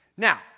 Now